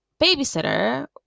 babysitter